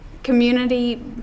community